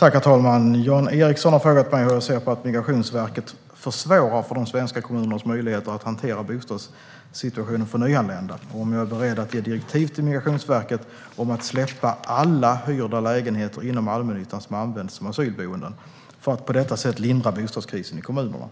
Herr talman! Jan Ericson har frågat mig hur jag ser på att Migrationsverket försvårar för de svenska kommunernas möjligheter att hantera bostadssituationen för nyanlända och om jag är beredd att ge direktiv till Migrationsverket om att släppa alla hyrda lägenheter inom allmännyttan som används som asylboenden, för att på detta sätt lindra bostadskrisen i kommunerna.